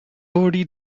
already